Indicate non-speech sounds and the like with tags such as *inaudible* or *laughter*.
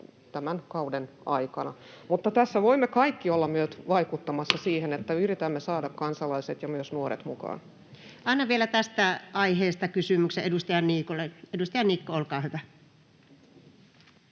tämän kauden aikana. Mutta tässä voimme kaikki olla myös vaikuttamassa siihen, *noise* että yritämme saada kansalaiset ja myös nuoret mukaan. Annan tästä aiheesta kysymyksen vielä edustaja Niikolle. — Edustaja Niikko, olkaa hyvä.